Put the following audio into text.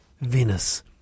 Venice